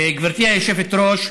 גברתי היושבת-ראש,